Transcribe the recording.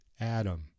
Adam